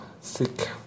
sick